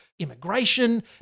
Immigration